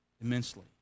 immensely